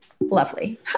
Lovely